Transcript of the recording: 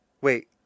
Wait